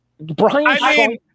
Brian